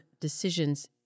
decisions